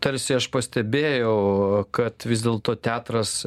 tarsi aš pastebėjau kad vis dėlto teatras